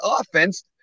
offense